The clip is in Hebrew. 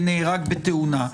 נהרג בתאונה,